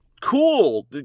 Cool